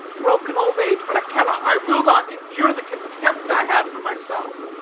broken old age, but i cannot, i will not, endure the contempt i have for myself!